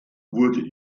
wurde